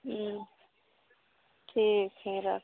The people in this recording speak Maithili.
हुँ ठीक हइ राखू